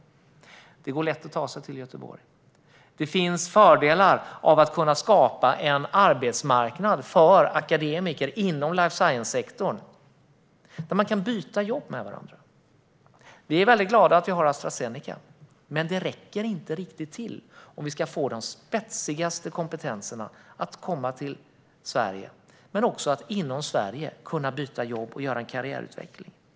Det går lätt att ta sig till Göteborg. Det finns fördelar med att kunna skapa en arbetsmarknad för akademiker inom life science-sektorn, där man kan byta jobb med varandra. Vi är glada att vi har Astra Zeneca. Men det räcker inte riktigt till om spetskompetenserna ska komma till Sverige. Man ska också kunna byta jobb inom Sverige och kunna utvecklas i karriären.